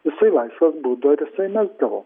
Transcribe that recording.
jisai laisvas būdavo ir jisai įmesdavo